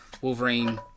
Wolverine